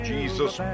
Jesus